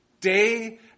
day